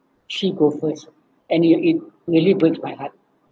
she go first and it it really breaks my heart